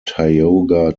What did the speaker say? tioga